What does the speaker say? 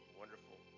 wonderful